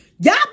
Y'all